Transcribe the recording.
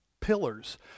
pillars